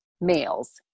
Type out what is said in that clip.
males